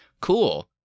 cool